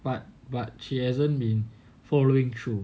but but she hasn't been following through